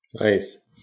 Nice